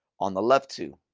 on the left two.